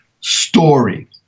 story